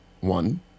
one